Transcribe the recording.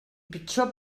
pitjor